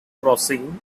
crossing